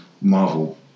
Marvel